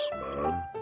man